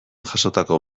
jasotako